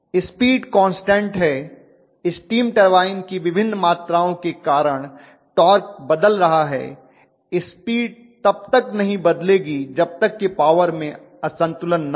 speed constant है steam की विभिन्न मात्राओं के कारण टार्क बदल रहा है स्पीड तब तक नहीं बदलेगी जब तक कि पावर में असंतुलन न हो